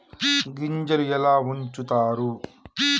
గింజలు ఎలా ఉంచుతారు?